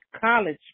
college